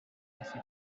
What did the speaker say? afite